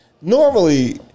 Normally